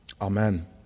Amen